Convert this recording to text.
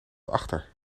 achter